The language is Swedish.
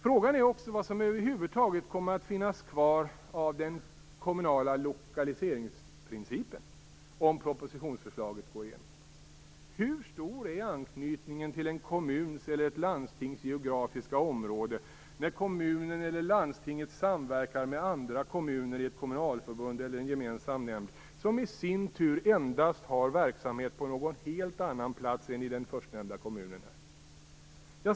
Frågan är också vad som över huvud taget kommer att finnas kvar av den kommunala lokaliseringsprincipen, om propositionsförslaget går igenom. Hur stor är anknytningen till en kommuns eller ett landstings geografiska område när kommunen eller landstinget samverkar med andra kommuner i ett kommunalförbund eller en gemensam nämnd som i sin tur endast har verksamhet på någon helt annan plats än i den förstnämnda kommunen?